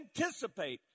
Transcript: anticipate